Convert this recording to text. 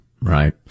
Right